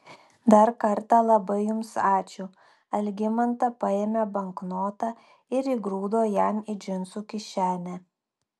dar kartą labai jums ačiū algimanta paėmė banknotą ir įgrūdo jam į džinsų kišenę